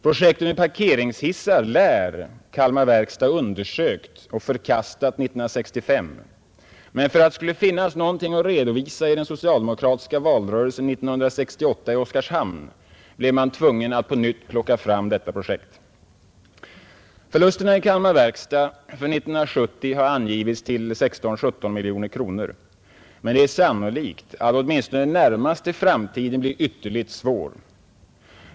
Projektet med parkeringshissar lär Kalmar verkstad ha undersökt och förkastat 1965. Men för att det skulle finnas något att redovisa i den socialdemokratiska valrörelsen 1968 i Oskarshamn blev man tvungen att på nytt plocka fram detta projekt. Förlusterna i Kalmar verkstad för 1970 har angivits till 16—17 miljoner kronor, men det är sannolikt att åtminstone den närmaste framtiden blir ytterligt svår.